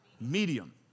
Medium